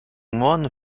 moines